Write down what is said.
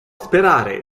sperare